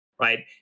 Right